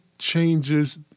changes